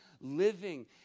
living